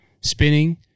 spinning